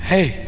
Hey